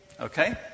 Okay